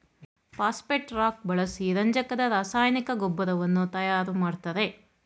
phosphate rock ಬಳಸಿ ರಂಜಕದ ರಾಸಾಯನಿಕ ಗೊಬ್ಬರವನ್ನು ತಯಾರು ಮಾಡ್ತರೆ